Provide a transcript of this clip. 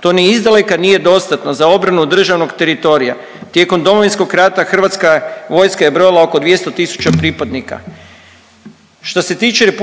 To ni iz daleka nije dostatno za obranu državnog teritorija. Tijekom Domovinskog rata Hrvatska vojska je brojala oko 200 tisuća pripadnika. Što se tiče RH,